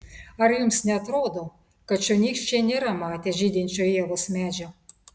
ar jums neatrodo kad čionykščiai nėra matę žydinčio ievos medžio